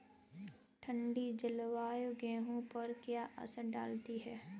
ठंडी जलवायु गेहूँ पर क्या असर डालती है?